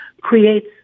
creates